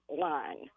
line